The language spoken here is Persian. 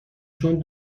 چون